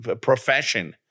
profession